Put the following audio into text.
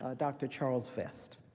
ah dr. charles vest.